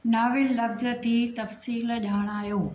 novel लफ़्ज़ जी तफ़सील ॼाणायो